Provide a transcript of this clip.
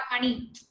money